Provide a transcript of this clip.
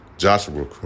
Joshua